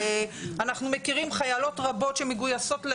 ואנחנו מכירים חיילות רבות שמגויסות,